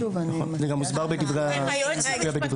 זה גם מופיע בדברי ההסבר.